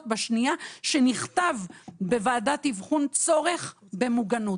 בשנייה שנכתב בוועדת אבחון "צורך במוגנות".